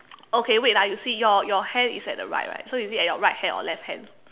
okay wait ah you see your your hand is at the right right so you is it at your right hand or your left hand